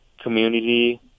community